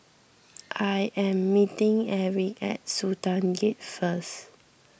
I am meeting Eric at Sultan Gate first